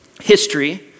history